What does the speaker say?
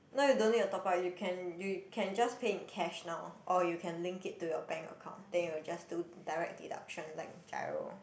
no you don't need to top up you can you can just pay in cash now or you can link it to your bank account then it will just do direct deduction like Giro